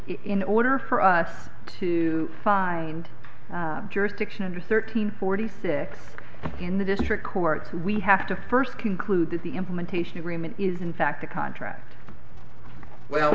in order for us to find jurisdiction under thirteen forty six in the district court we have to first conclude that the implementation agreement is in fact a contract well